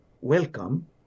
welcome